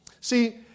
See